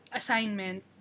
assignment